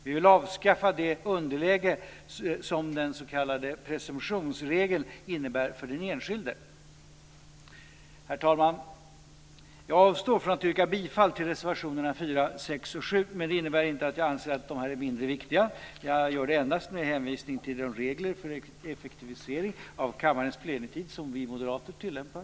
Vi vill avskaffa det underläge som den s.k. presumtionsregeln innebär för den enskilde. Herr talman! Jag avstår från att yrka bifall till reservationerna 4, 6 och 7, men det innebär inte att jag anser att de är mindre viktiga. Jag gör det endast med hänvisning till de regler för effektivisering av kammarens plenitid som vi moderater tillämpar.